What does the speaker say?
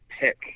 pick